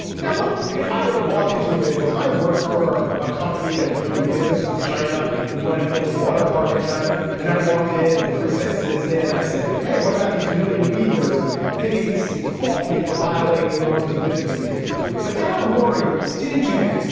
now look if i were to walk into a business if i worked for a company that was doing business with china and we wanted to build a waterpark in china and i walked in and three sentences in i said hey what about these million workers then you could fault me for violating the norms of business meetings but dara mori didn't do that.